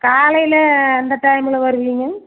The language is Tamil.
காலையில எந்த டைம்மில் வருவீங்க